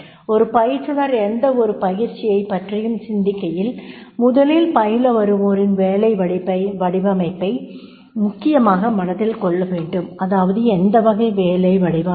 ஒரு பயிற்றுனர் எந்தவொரு பயிற்சியைப் பற்றியும் சிந்திக்கையில் முதலில் பயில வருவோரின் வேலை வடிவமைப்பை முக்கியமாக மனதில் கொள்ள வேண்டும் அதாவது எந்த வகை வேலை வடிவமைப்பு